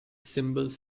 symbols